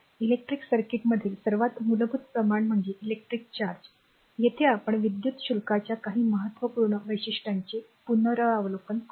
electric सर्किटमधील सर्वात मूलभूत प्रमाण म्हणजे इलेक्ट्रिक चार्ज येथे आपण विद्युत शुल्काच्या काही महत्त्वपूर्ण वैशिष्ट्यांचे पुनरावलोकन करू